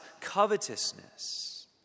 covetousness